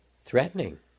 threatening